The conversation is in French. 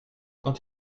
quand